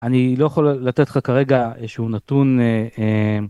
אני לא יכול לתת לך כרגע איזשהו נתון.